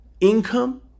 income